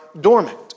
dormant